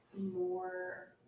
more